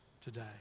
today